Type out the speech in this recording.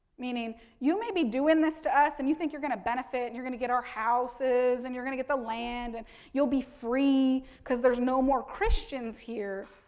meaning, you may be doing this to us, and you think you're going to benefit, and you're going to get our houses, and you're going to get the land, and you'll be free, because there's no more christians here,